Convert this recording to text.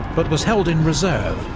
but was held in reserve,